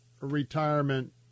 retirement